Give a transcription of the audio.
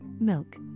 milk